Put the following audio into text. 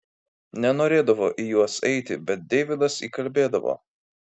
nenorėdavo į juos eiti bet deividas įkalbėdavo